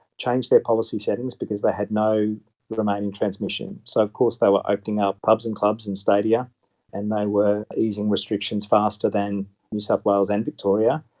changed their policy settings because they had no remaining transmission. so of course they were opening up pubs and clubs and stadia and they were easing restrictions faster than new south wales and victoria.